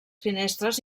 finestres